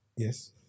Yes